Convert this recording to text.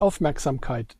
aufmerksamkeit